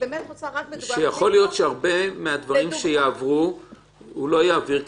יכול להיות שהרבה מהדברים שיעברו הוא לא יעביר,